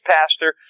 Pastor